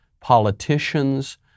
Politicians